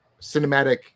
cinematic